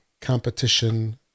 competition